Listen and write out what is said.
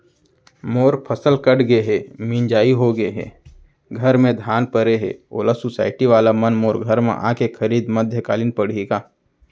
मोर फसल कट गे हे, मिंजाई हो गे हे, घर में धान परे हे, ओला सुसायटी वाला मन मोर घर म आके खरीद मध्यकालीन पड़ही का?